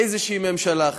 איזושהי ממשלה אחרת.